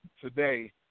today